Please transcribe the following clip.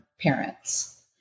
parents